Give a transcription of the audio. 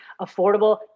affordable